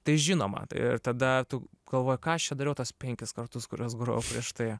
tai žinoma ir tada tu galvoji ką aš čia dariau tuos penkis kartus kuriuos grojau prieš tai